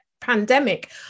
pandemic